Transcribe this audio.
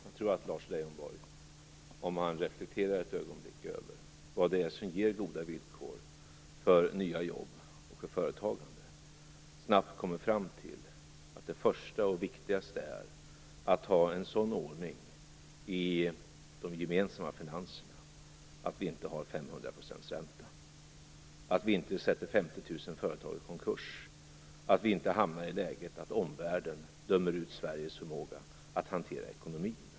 Jag tror att Lars Leijonborg, om han reflekterar ett ögonblick över vad det är som ger goda villkor för nya jobb och för företagande, snabbt kommer fram till att det första och viktigaste är att ha en sådan ordning i de gemensamma finanserna att vi inte har 500 % ränta, att vi inte sätter 50 000 företag i konkurs och att vi inte hamnar i läget att omvärlden dömer ut Sveriges förmåga att hantera ekonomin.